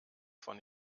von